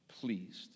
pleased